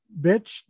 Bitch